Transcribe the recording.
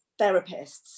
therapists